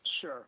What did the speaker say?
Sure